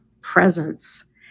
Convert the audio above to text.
presence